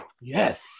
Yes